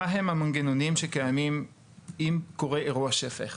מה הם המנגנונים שקיימים אם קורה אירוע שפך?